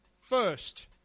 first